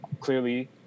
clearly